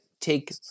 take